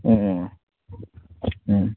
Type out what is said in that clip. ꯑꯣ ꯎꯝ